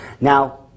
Now